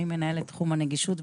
מנהלת תחום הנגישות.